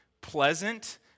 pleasant